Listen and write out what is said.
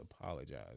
apologize